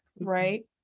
right